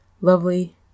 lovely